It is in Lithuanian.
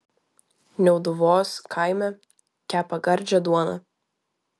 niauduvos kaime kepa gardžią duoną